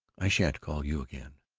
i sha'n't call you again.